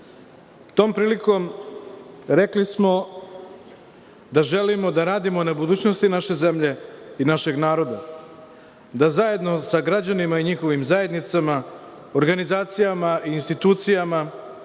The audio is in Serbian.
Tom prilikom rekli smo da želimo da radimo na budućnosti naše zemlje i našeg naroda, da zajedno sa građanima i njihovim zajednicama, organizacijama i institucijama